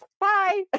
Bye